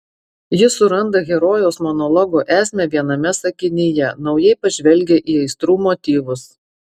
jis suranda herojaus monologo esmę viename sakinyje naujai pažvelgia į aistrų motyvus